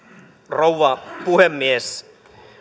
rouva puhemies